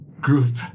group